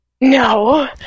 No